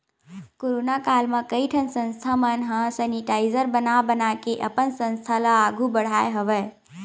corona काल म कइ ठन संस्था मन ह सेनिटाइजर बना बनाके अपन संस्था ल आघु बड़हाय हवय